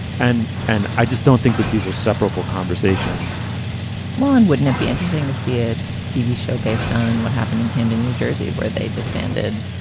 and and i just don't think that these are separable conversations well, and wouldn't it be interesting to see a tv show based on what happened in camden, new jersey, where they disbanded,